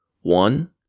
One